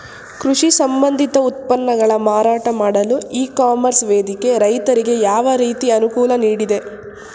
ಕೃಷಿ ಸಂಬಂಧಿತ ಉತ್ಪನ್ನಗಳ ಮಾರಾಟ ಮಾಡಲು ಇ ಕಾಮರ್ಸ್ ವೇದಿಕೆ ರೈತರಿಗೆ ಯಾವ ರೀತಿ ಅನುಕೂಲ ನೀಡಿದೆ?